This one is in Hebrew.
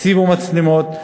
הציבו מצלמות,